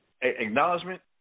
acknowledgement